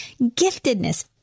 giftedness